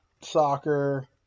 soccer